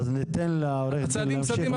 אוקיי, אז ניתן לעורך הדין להמשיך.